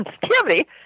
sensitivity